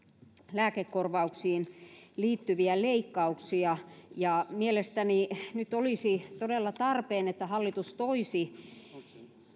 lääkekorvauksiin liittyviä leikkauksia mielestäni nyt olisi todella tarpeen että hallitus toisi